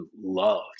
loved